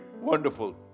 wonderful